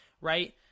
right